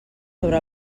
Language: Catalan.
sobre